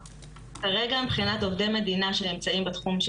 כרגע מבחינת עובדי מדינה שנמצאים בתחום של